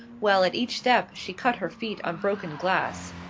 while at each step she cut her feet on broken glass.